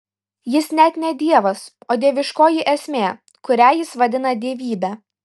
jis net ne dievas o dieviškoji esmė kurią jis vadina dievybe